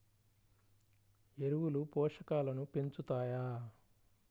ఎరువులు పోషకాలను పెంచుతాయా?